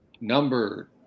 number